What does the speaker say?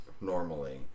normally